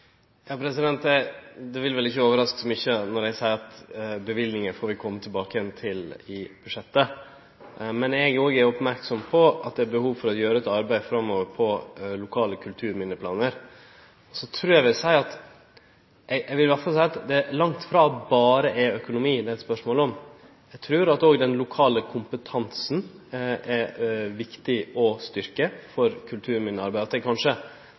Det vil vel ikkje overraske så mykje når eg seier at løyvingar får vi kome tilbake til i budsjettet. Men òg eg er merksam på at det framover er behov for å gjere eit arbeid med omsyn til lokale kulturminneplanar. Så vil eg seie at eg trur i alle fall det er langt frå berre økonomi det er spørsmål om. Eg trur at den lokale kompetansen er viktig for å styrkje kulturminnearbeidet, og at det kanskje